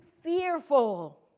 fearful